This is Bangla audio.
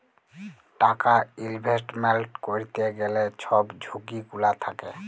টাকা ইলভেস্টমেল্ট ক্যইরতে গ্যালে ছব ঝুঁকি গুলা থ্যাকে